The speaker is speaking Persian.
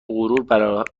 غرور